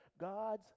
God's